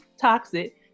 toxic